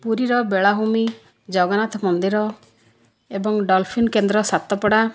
ପୁରୀର ବେଳାଭୂମି ଜଗନ୍ନାଥ ମନ୍ଦିର ଏବଂ ଡଲଫିନ୍ କେନ୍ଦ୍ର ସାତପଡ଼ା